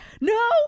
no